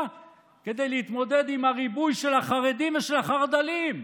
כדי להתמודד עם הריבוי של החרדים ושל החרד"לים.